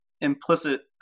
implicit